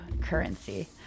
currency